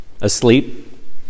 asleep